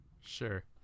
sure